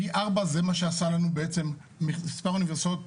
פי ארבע זה מה שעשה לנו בעצם מספר אוניברסיטאות